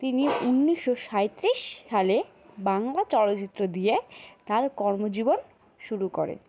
তিনি উনিশশো সাঁইত্রিশ সালে বাংলা চলচ্চিত্র দিয়ে তার কর্মজীবন শুরু করে